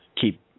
keep